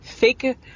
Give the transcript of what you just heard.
fake